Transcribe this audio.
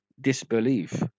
disbelief